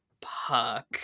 puck